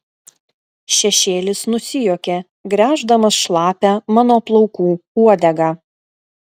šešėlis nusijuokė gręždamas šlapią mano plaukų uodegą